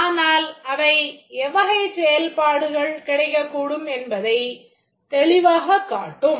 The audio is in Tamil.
ஆனால் அவை எவ்வகைச் செயல்பாடுகள் கிடைக்கக்கூடும் என்பதைத் தெளிவாக காட்டும்